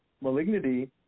malignity